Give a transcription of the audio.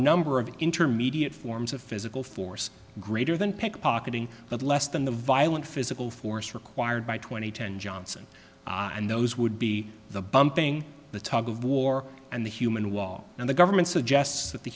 number of intermediate forms of physical force greater than pickpocketing but less than the violent physical force required by two thousand and ten johnson and those would be the bumping the tug of war and the human wall and the government suggests that the